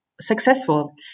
successful